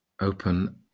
Open